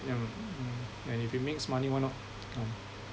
yeah mm and if it makes money why not um